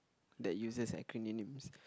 that uses acronyms